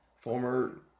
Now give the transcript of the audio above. former